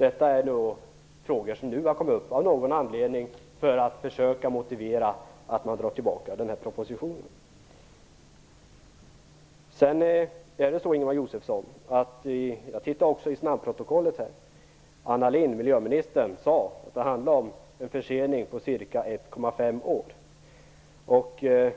Detta är frågor som nu av någon anledning har kommit upp för att försöka motivera tillbakadragandet av propositionen. Jag tittade också i snabbprotokollet. Miljöminister Anna Lindh sade att det handlar om en försening på ca 1,5 år. Jag